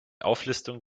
auflistung